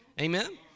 amen